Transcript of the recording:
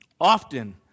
often